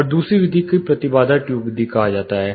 और दूसरी विधि को प्रतिबाधा ट्यूब विधि कहा जाता है